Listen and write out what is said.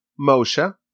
Moshe